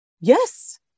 Yes